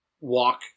walk